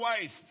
waste